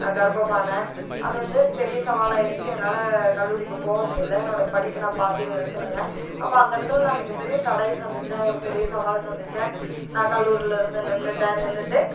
கர்ப்பம்மான அது வந்து பெரிய சவாலாக ஆயிரிச்சு என்னால் கல்லூரிக்கு போக முடியல என்னோட படிப்பை நான் பாதியில நிறுத்துனங்க அப்போ அந்த இடத்துல நான் மிகப்பெரிய தடையை சந்தித்தேன் ஒரு பெரிய சவாலை சந்தித்தேன் நான் கல்லூரியில இருந்து நின்றுட்டேன் நின்றுட்டு